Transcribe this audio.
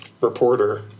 reporter